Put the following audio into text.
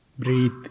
Breathe